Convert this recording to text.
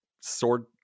sword